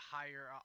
higher